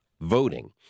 voting